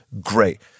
Great